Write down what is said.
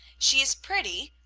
she is pretty,